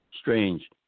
strange